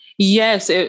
Yes